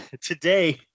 Today